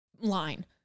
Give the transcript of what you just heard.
line